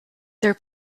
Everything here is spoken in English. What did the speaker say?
their